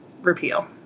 repeal